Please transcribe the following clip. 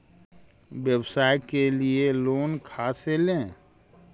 व्यवसाय के लिये लोन खा से ले?